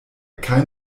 kein